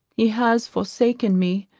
he has forsaken me,